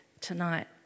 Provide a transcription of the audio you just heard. tonight